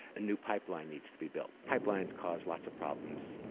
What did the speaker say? a new pipeline needs to be built. pipelines cause lots of problems,